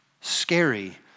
scary